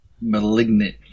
Malignant